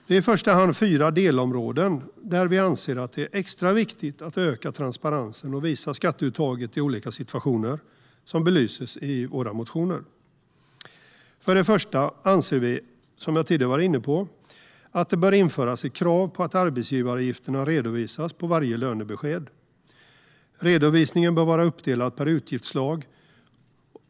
Det är i första hand fyra delområden där vi anser att det är extra viktigt att öka transparensen och visa skatteuttaget i olika situationer, vilket belyses i våra motioner. För det första anser vi, som jag tidigare har varit inne på, att det bör införas ett krav på att arbetsgivaravgifterna redovisas på varje lönebesked. Redovisningen bör vara uppdelad per utgiftsslag.